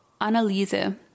Annalisa